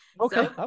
okay